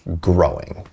growing